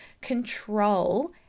control